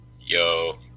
Yo